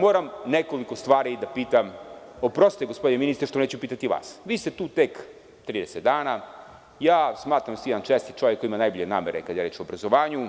Moram nekoliko stvari da pitam, oprostite gospodine ministre, što neću pitati vas, vi ste tu tek 30 dana, a ja smatram da ste jedan čestit čovek koji ima najbolje namere kada je reč o obrazovanju